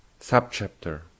Subchapter